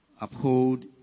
Uphold